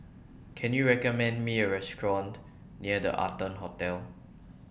Can YOU recommend Me A Restaurant near The Arton Hotel